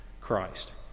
Christ